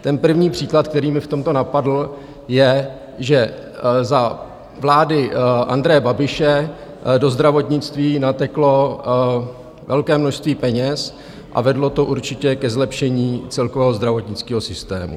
Ten první příklad, který mě v tomto napadl, je, že za vlády Andreje Babiše do zdravotnictví nateklo velké množství peněz a vedlo to určitě ke zlepšení celkového zdravotnického systému.